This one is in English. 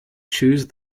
choose